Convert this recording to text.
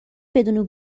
بدون